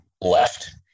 left